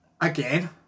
Again